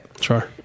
Sure